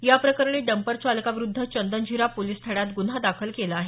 या प्रकरणी डंपर चालकाविरुध्द चंदनझिरा पोलीस ठाण्यात गुन्हा दाखल केला आहे